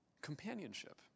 companionship